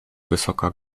wysoka